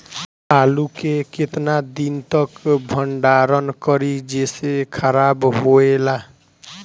आलू के केतना दिन तक भंडारण करी जेसे खराब होएला?